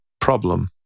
problem